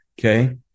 Okay